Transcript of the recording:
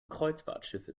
kreuzfahrtschiffe